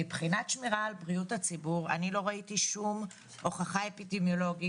מבחינת שמירה על בריאות הציבור אני לא ראיתי שום הוכחה אפידמיולוגית,